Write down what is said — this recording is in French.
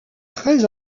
très